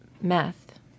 meth